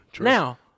Now